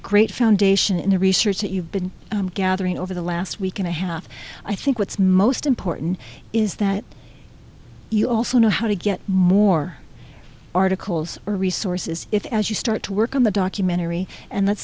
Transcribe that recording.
great foundation in the research that you've been gathering over the last week and a half i think what's most important is that you also know how to get more articles or resources as you start to work on the documentary and let's